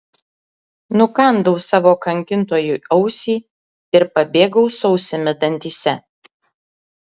nukandau savo kankintojui ausį ir pabėgau su ausimi dantyse